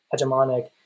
hegemonic